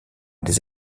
des